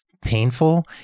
painful